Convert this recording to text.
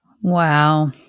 Wow